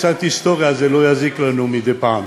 קצת היסטוריה לא תזיק לנו מדי פעם,